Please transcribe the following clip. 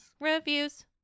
reviews